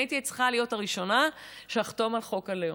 אני הייתי צריכה להיות הראשונה שאחתום על חוק הלאום,